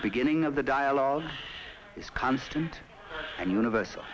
the beginning of the dialogue is constant and universal